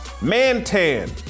Man-Tan